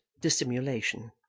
dissimulation